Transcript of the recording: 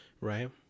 Right